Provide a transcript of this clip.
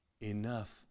enough